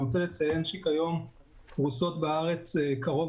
אני רוצה לציין שכיום פרוסות בארץ קרוב